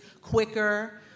quicker